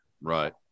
Right